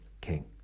King